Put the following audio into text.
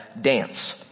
dance